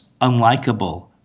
unlikable